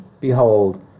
behold